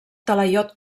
talaiot